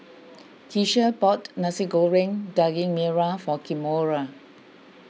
Keshia bought Nasi Goreng Daging Merah for Kimora